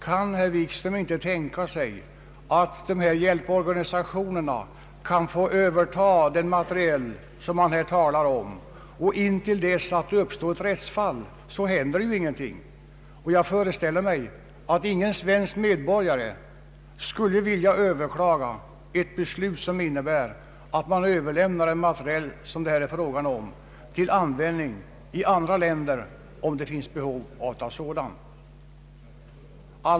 Kan herr Wikström inte tänka sig att hjälporganisationerna skulle kunna få överta den materiel man här talar om? Intill dess att det uppstår ett rättsfall händer ingenting. Jag föreställer mig att ingen svensk medborgare skulle vilja överklaga ett beslut, innebärande att sådan materiel det här är fråga om överlämnas till andra länder som kan ha behov av den.